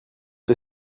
des